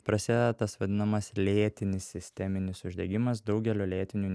prasideda tas vadinamas lėtinis sisteminis uždegimas daugelio lėtinių